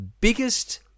biggest